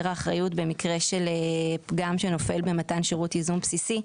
האחריות במקרה של פגם שנופל במתן שירות ייזום בסיסי,